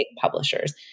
publishers